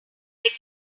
beg